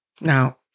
Now